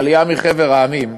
העלייה מחבר המדינות,